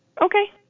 Okay